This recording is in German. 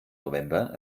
november